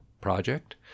project